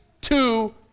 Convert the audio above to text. two